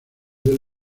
del